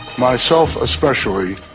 myself especially,